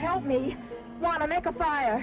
help me want to make a fire